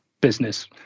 business